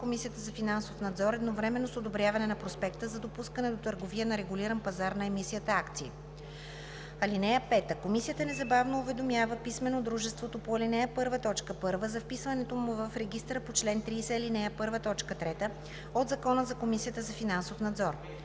Комисията за финансов надзор едновременно с одобряване на проспекта за допускане до търговия на регулиран пазар на емисията акции. (5) Комисията незабавно уведомява писмено дружеството по ал. 1, т. 1 за вписването му в регистъра по чл. 30, ал. 1, т. 3 от Закона за Комисията за финансов надзор.